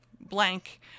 blank